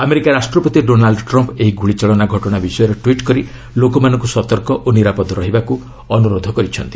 America ରାଷ୍ଟ୍ରପତି Donald Trump ଏହି ଗୁଳିଚାଳନା ଘଟଣା ବିଷୟରେ ଟ୍ୱିଟ୍ କରି ଲୋକମାନଙ୍କୁ ସତର୍କ ଓ ନିରାପଦ ରହିବାକୁ ଅନୁରୋଧ କରିଛନ୍ତି